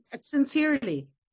sincerely